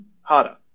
harder